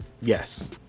Yes